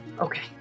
Okay